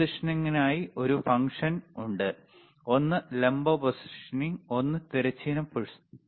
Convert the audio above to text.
പൊസിഷനിംഗിനായി ഒരു ഫംഗ്ഷൻ ഉണ്ട് ഒന്ന് ലംബ പൊസിഷനിംഗ് ഒന്ന് തിരശ്ചീന പൊസിഷനിംഗ്